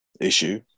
issue